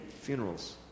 funerals